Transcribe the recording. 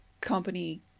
company